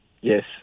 Yes